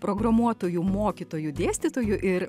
programuotoju mokytoju dėstytoju ir